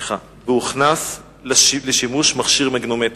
סליחה, והוכנס לשימוש מכשיר מגנומטר.